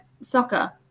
soccer